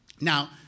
Now